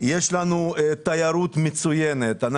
יש לנו תיירות מצוינת,